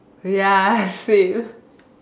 ya same